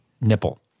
nipple